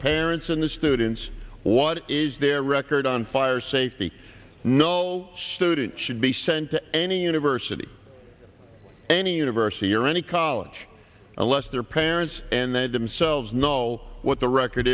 parents and the students what is their record on fire safety no student should be sent to any university any university or any college unless their parents and they themselves know what the record